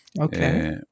Okay